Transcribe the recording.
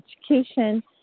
education